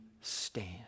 stand